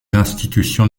institutions